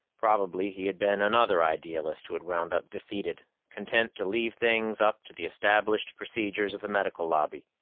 probably he had been another idealist who had wound up defeated, content to leave things up to the established procedures of the medical lobby.